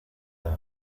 the